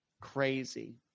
Crazy